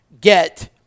get